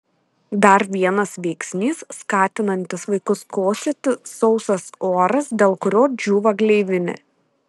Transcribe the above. dar vienas veiksnys skatinantis vaikus kosėti sausas oras dėl kurio džiūva gleivinė